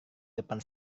depan